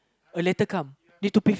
a later come